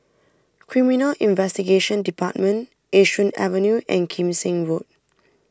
Criminal Investigation Department Yishun Avenue and Kim Seng Road